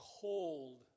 cold